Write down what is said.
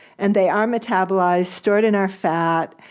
and they are metabolized, stored in our fat,